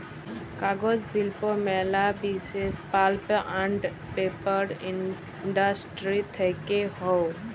কাগজ শিল্প ম্যালা বিসেস পাল্প আন্ড পেপার ইন্ডাস্ট্রি থেক্যে হউ